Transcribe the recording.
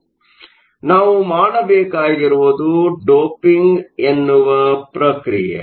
ಆದ್ದರಿಂದ ನಾವು ಮಾಡಬೇಕಾಗಿರುವುದು ಡೋಪಿಂಗ್ ಎನ್ನುವ ಪ್ರಕ್ರಿಯೆ